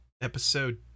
episode